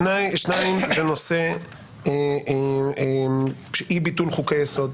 דבר שני, זה נושא אי-ביטול חוקי-יסוד.